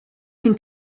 can